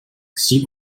see